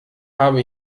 habe